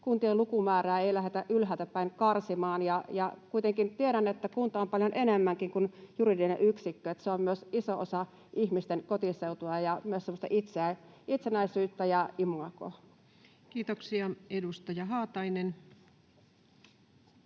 kuntien lukumäärää ei lähdetä ylhäältä päin karsimaan? Kuitenkin tiedän, että kunta on paljon enemmänkin kuin juridinen yksikkö. Se on myös iso osa ihmisten kotiseutua ja myös semmoista itsenäisyyttä ja imagoa. Kiitoksia. — Edustaja Haatainen.